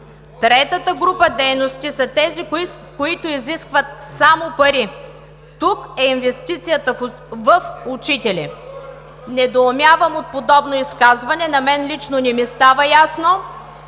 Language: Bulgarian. „Третата група дейности са тези, които изискват само пари“. Тук е инвестицията в учителите. Недоумявам от подобно изказване!? Лично на мен не ми става ясно,